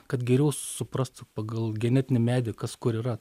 kad geriau suprastų pagal genetinį medį kas kur yra